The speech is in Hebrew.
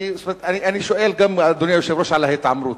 אני שואל, אדוני היושב-ראש, גם על ההתעמרות.